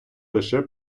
лише